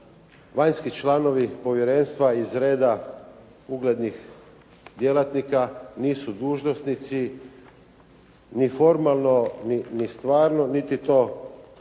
Vanjski članovi povjerenstva iz reda uglednih djelatnika nisu dužnosnici, ni formalno, ni stvarno, niti to